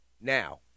now